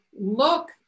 look